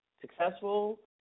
successful